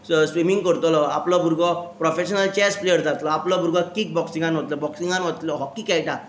स स्विमींग करतलो आपलो भुरगो प्रॉफॅश्नल चॅस प्लेयर जातलो आपलो भुरगो कीक बॉक्सिंगान वतलो बॉक्सिंगान वतलो हॉकी खेळटा